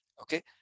Okay